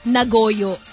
Nagoyo